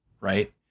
right